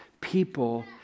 people